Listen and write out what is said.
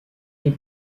est